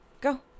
Go